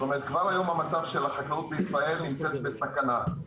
זאת אומרת שכבר היום החקלאות בישראל נמצאת בסכנה.